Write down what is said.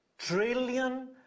Trillion